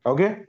Okay